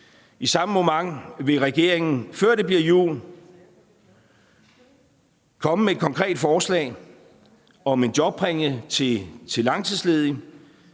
I samme moment vil regeringen, før det bliver jul, komme med et konkret forslag om en jobpræmie til langtidsledige.